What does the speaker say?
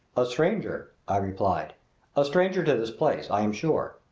a stranger, i replied a stranger to this place, i am sure.